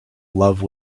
love